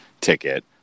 ticket